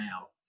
out